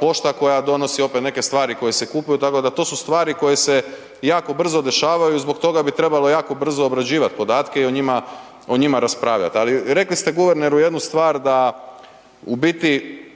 pošta koja donosi opet neke stvari koje se kupuju, tako da, to su stvari koje se jako brzo dešavaju i zbog toga bi trebalo jako brzo obrađivat podatke i o njima, o njima raspravljat, ali rekli ste guverneru jednu stvar da u biti,